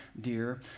dear